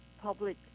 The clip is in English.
public